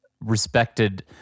respected